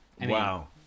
Wow